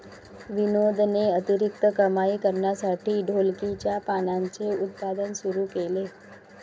विनोदने अतिरिक्त कमाई करण्यासाठी ढोलकीच्या पानांचे उत्पादन सुरू केले